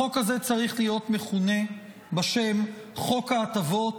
החוק הזה צריך להיות מכונה בשם "חוק ההטבות